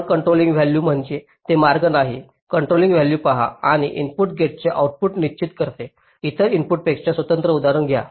non controlling value म्हणजे ते मार्ग नाही कंट्रोलिंग व्हॅल्यू पहा आणि इनपुट गेट्सचे आउटपुट निश्चित करते इतर इनपुटपेक्षा स्वतंत्र उदाहरणच घ्या